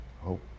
hope